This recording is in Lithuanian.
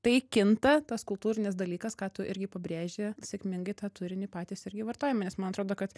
tai kinta tas kultūrinis dalykas ką tu irgi pabrėži sėkmingai tą turinį patys irgi vartojame nes man atrodo kad